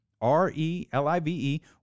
R-E-L-I-V-E